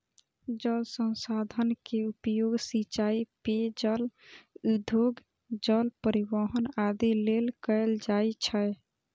जल संसाधन के उपयोग सिंचाइ, पेयजल, उद्योग, जल परिवहन आदि लेल कैल जाइ छै